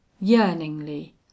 yearningly